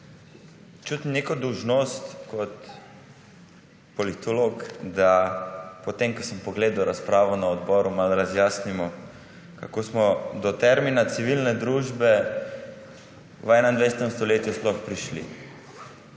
Čutim neko dolžnost kot politolog, da po tem ko sem pogledal razpravo na odboru, malo razjasnimo kako smo do termina civilne družbe v 21. stoletju sploh prišli.